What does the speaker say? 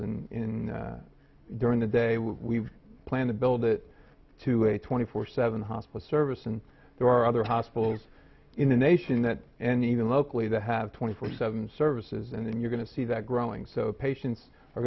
weekends in during the day we plan to build it to a twenty four seven hospice service and there are other hospitals in the nation that and even locally that have twenty four seven services and then you're going to see that growing so patients are